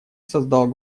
создал